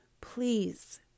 Please